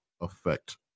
effect